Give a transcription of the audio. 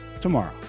tomorrow